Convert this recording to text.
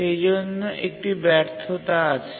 সেই জন্য একটি ব্যর্থতা আসতে পারে